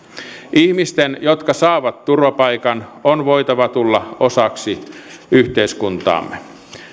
ihmisten jotka saavat turvapaikan on voitava tulla osaksi yhteiskuntaamme